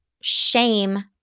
shame